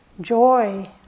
joy